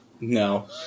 No